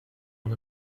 und